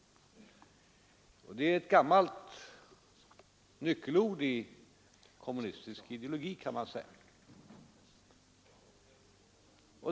Det är ett gammalt nyckelord i kommunistisk ideologi, kan man säga.